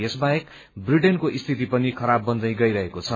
यस बाहेक ब्रिटेनको स्थिति पनि खराब बन्दै गइरहेको छ